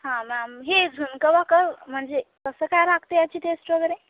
हा मॅम ही झुणका भाकर म्हणजे कसं काय लागते याची टेस्ट वगैरे